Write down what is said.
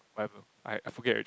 whatever I I forget already